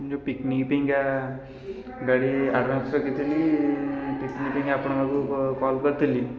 ଯେଉଁ ପିକନିକ୍ ପାଇଁକା ଗାଡ଼ି ଆଡ଼ିଭାନ୍ସ ରଖିଥିଲି ପିକନିକ୍ ପାଇଁ ଆପଣଙ୍କ ପାଖକୁ କଲ୍ କରିଥିଲି